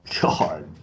God